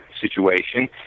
situation